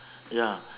ya